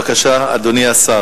בבקשה, אדוני השר.